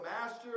master